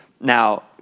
Now